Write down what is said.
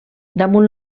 damunt